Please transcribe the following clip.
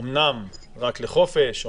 אמנם רק לחופשה,